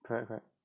correct correct